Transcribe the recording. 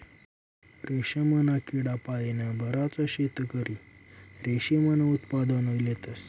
रेशमना किडा पाळीन बराच शेतकरी रेशीमनं उत्पादन लेतस